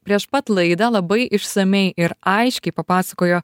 prieš pat laidą labai išsamiai ir aiškiai papasakojo